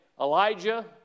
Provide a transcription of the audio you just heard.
Elijah